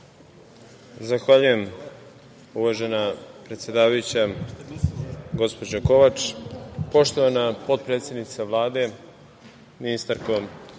Zahvaljujem, uvažena predsedavajuća, gospođo Kovač. Poštovana potpredsednice Vlade, ministarko